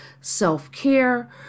self-care